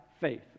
faith